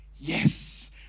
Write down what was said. yes